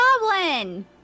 goblin